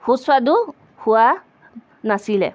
সুস্বাদু হোৱা নাছিলে